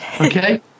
Okay